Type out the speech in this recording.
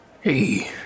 Hey